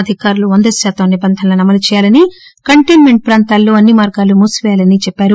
అధికారులు వంద శాతం నిబంధనలు అమలుచేయాలి అని కంటైన్మెంట్ ప్రాంతాల్లో అన్ని మార్గాలు మూసిపేయాలని చెప్పారు